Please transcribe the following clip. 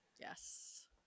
Yes